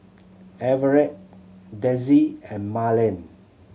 Everet Dezzie and Marland